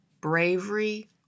bravery